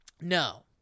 No